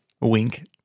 Wink